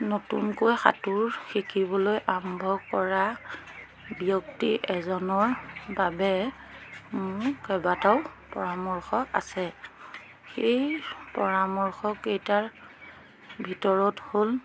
নতুনকৈ সাঁতোৰ শিকিবলৈ আৰম্ভ কৰা ব্যক্তি এজনৰ বাবে মোৰ কেইবাটাও পৰামৰ্শ আছে সেই পৰামৰ্শকেইটাৰ ভিতৰত হ'ল